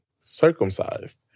circumcised